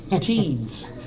teens